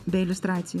be iliustracijų